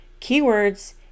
keywords